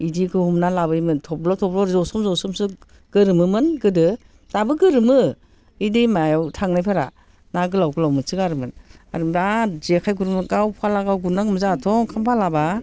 बिदिखौ हमना लाबोयोमोन थब्ल' थब्ल' जसोम जसोमसो गोरोमोमोन गोदो दाबो गोरोमो बै दैमायाव थांनायफोरा ना गोलाव गोलाव मोनसोगारोमोन आरो बिराद जेखाय गुरोमोन गाव फाला गाव गुरनांगौमोन जोंहाथ' ओंखाम फालाबा